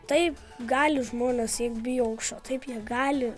taip gali žmonės bijo aukščio taip negali